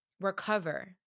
recover